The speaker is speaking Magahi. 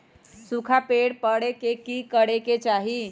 सूखा पड़े पर की करे के चाहि